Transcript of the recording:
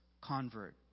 convert